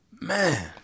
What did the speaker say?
Man